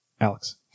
Alex